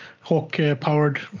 hawk-powered